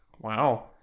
Wow